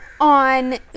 on